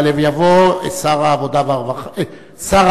יעלה ויבוא שר הרווחה,